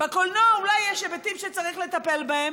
בקולנוע אולי יש היבטים שצריך לטפל בהם,